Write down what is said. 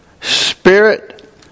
Spirit